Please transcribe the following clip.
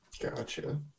gotcha